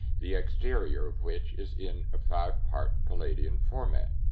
the exterior of which is in a five-part palladian format.